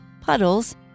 Puddles